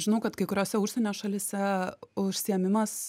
žinau kad kai kuriose užsienio šalyse užsiėmimas